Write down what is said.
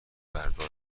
بردار